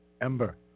Ember